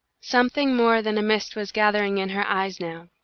something more than a mist was gathering in her eyes now.